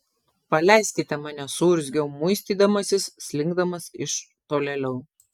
paleiskite mane suurzgiau muistydamasis slinkdamas iš tolėliau